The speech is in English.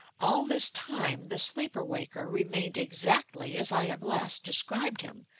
all this time the sleeper-waker remained exactly as i have last described him.